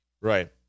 right